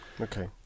Okay